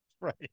Right